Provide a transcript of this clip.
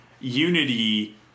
unity